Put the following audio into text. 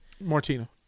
Martina